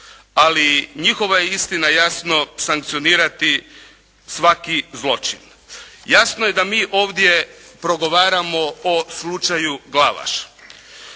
Ali njihova je istina jasno sankcionirati svaki zločin. Jasno je da mi ovdje progovaramo o slučaju Glavaš.